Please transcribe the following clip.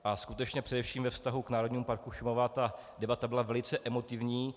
A skutečně především ve vztahu k Národnímu parku Šumavy ta debata byla velice emotivní.